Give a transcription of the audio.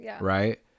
right